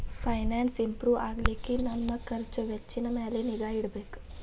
finance improve ಆಗ್ಲಿಕ್ಕೆ ನಮ್ ಖರ್ಛ್ ವೆಚ್ಚಿನ್ ಮ್ಯಾಲೆ ನಿಗಾ ಇಡ್ಬೆಕ್